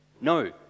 No